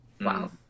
Wow